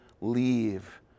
leave